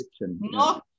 no